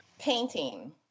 painting